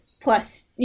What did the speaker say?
plus